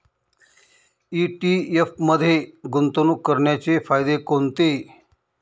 ETF मध्ये गुंतवणूक करण्याचे फायदे कोणते?